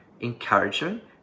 encouragement